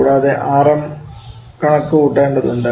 കൂടാതെ Rm കണക്കു കൂട്ടേണ്ടതുണ്ട്